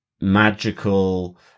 magical